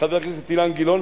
חבר הכנסת אילן גילאון,